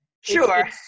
Sure